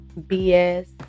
BS